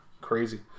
Crazy